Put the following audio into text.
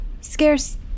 scarce